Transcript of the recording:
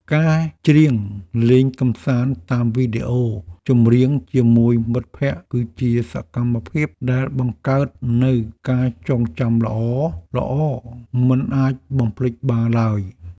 ការច្រៀងលេងកម្សាន្តតាមវីដេអូចម្រៀងជាមួយមិត្តភក្តិគឺជាសកម្មភាពដែលបង្កើតនូវការចងចាំល្អៗមិនអាចបំភ្លេចបានឡើយ។